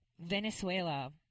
Venezuela